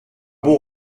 bon